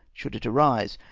should it arise.